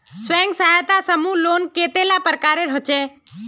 स्वयं सहायता समूह लोन कतेला प्रकारेर होचे?